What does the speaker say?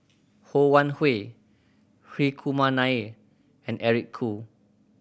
Ho Wan Hui Hri Kumar Nair and Eric Khoo